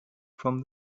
from